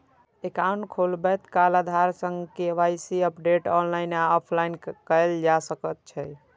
account खोलबैत काल आधार सं के.वाई.सी अपडेट ऑनलाइन आ ऑफलाइन कैल जा सकै छै